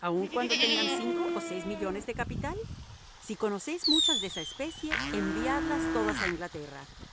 aun cuando tengan cinco o seis millones de capital si conocéis muchas de esa especie enviadlas todas a inglaterra